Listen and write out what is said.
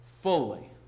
fully